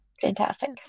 Fantastic